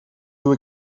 doe